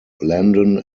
landon